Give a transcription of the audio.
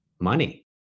money